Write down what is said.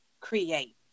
create